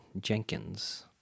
Jenkins